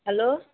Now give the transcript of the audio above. hello